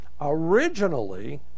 originally